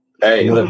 Hey